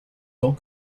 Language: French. tant